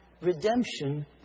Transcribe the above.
redemption